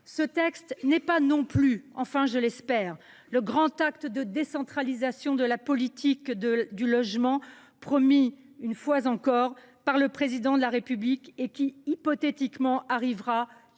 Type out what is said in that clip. Ce texte n’est pas non plus – tout du moins, je l’espère – le grand acte de décentralisation de la politique du logement promis, une fois encore, par le Président de la République et qui, hypothétiquement, devrait